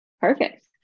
perfect